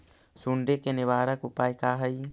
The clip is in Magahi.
सुंडी के निवारक उपाय का हई?